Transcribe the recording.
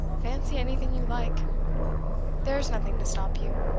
fancy anything you like there's nothing to stop you.